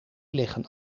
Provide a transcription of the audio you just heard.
liggen